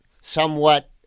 somewhat